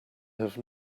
have